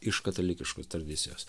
iš katalikiškos tradicijos